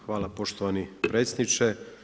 Hvala poštovani predsjedniče.